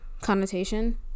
connotation